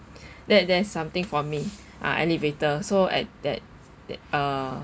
that that's something for me ah elevator so at that that uh